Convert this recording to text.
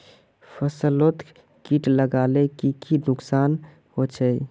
फसलोत किट लगाले की की नुकसान होचए?